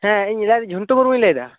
ᱦᱮᱸ ᱡᱷᱚᱱᱴᱩ ᱵᱟᱹᱵᱩᱧ ᱞᱟᱹᱭᱮᱫᱟ